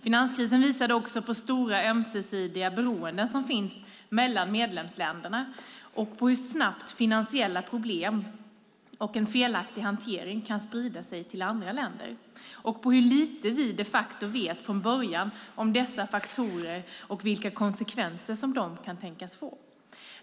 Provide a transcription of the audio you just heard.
Finanskrisen visade också på det stora ömsesidiga beroende som finns mellan medlemsländerna, på hur snabbt finansiella problem och en felaktig hantering kan sprida sig till andra länder och på hur lite vi de facto vet från början om dessa faktorer och vilka konsekvenser de kan tänkas få.